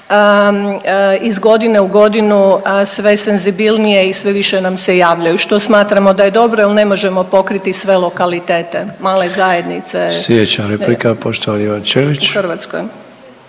iz godine u godinu sve senzibilnije i sve više nam se javljaju što smatramo da je dobro jer ne možemo pokriti sve lokalitete, male zajednice. **Sanader, Ante (HDZ)**